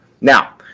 Now